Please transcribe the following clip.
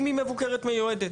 אם היא מבוקרת מיועדת.